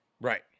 right